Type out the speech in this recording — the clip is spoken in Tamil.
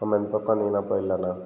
ஆமாம் இந்த பக்கம் வந்தீங்கனா போயிடலாண்ணா